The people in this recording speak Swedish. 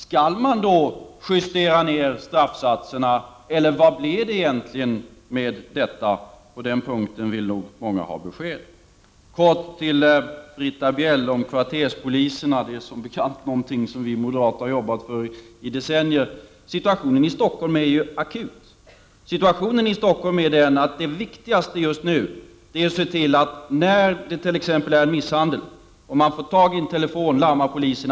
Skall man då justera ner straffsatserna eller hur blir det egentligen med detta? På denna punkt vill nog många ha besked. Kort till Britta Bjelle om kvarterspoliserna, en verksamhet som vi moderater har jobbat för i decennier. Situationen i Stockholm är ju akut. Det viktigaste just nu är att se till att polisen verkligen kommer, om misshandel pågår och man larmar polisen.